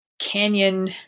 Canyon